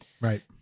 Right